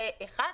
זה אחד.